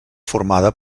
formada